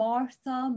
Martha